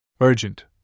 Urgent